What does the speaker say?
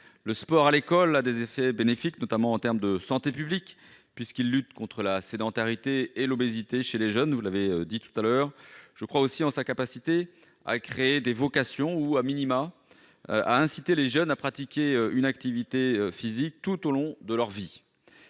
Le sport à l'école a des effets bénéfiques, notamment en termes de santé publique, puisqu'il permet de lutter contre la sédentarité et l'obésité chez les jeunes. Je crois aussi en sa capacité à susciter des vocations ou,, à inciter les jeunes à pratiquer une activité physique tout au long de leur vie.